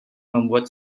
membuat